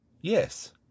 Yes